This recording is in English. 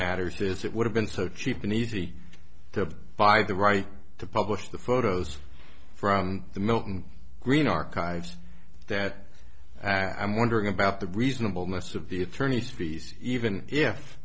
matters is it would have been so cheap and easy to buy the right to publish the photos from the milton green archives that i am wondering about the reasonableness of the attorney's fees even if